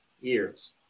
years